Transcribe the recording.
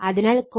അതിനാൽ cos 2 0